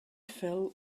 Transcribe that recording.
fell